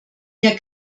hier